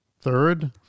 Third